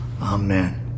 Amen